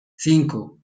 cinco